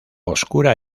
oscura